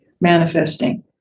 manifesting